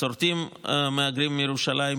ומסורתיים מהגרים מירושלים,